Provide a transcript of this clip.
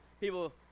people